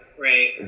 right